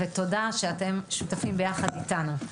ותודה שאתם שותפים ביחד איתנו.